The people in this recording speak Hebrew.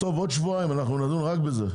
בעוד שבועיים אנחנו נדון רק בזה,